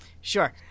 Sure